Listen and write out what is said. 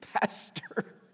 pastor